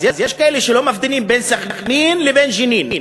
אז יש כאלה שלא מבדילים בין סח'נין לבין ג'נין,